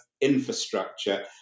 infrastructure